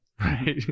Right